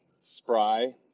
spry